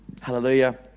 Hallelujah